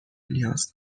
نیاز